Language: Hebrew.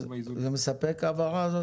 ההבהרה הזאת מספקת?